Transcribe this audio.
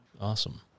Awesome